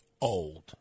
old